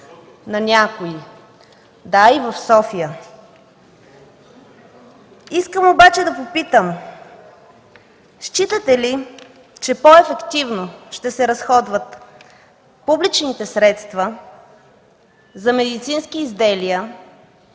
АТАНАСОВА: Да, и в София. Искам обаче да попитам: считате ли, че по-ефективно ще се разходват публичните средства за медицински изделия